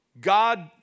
God